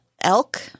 elk